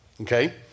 Okay